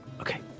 okay